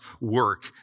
work